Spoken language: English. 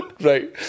right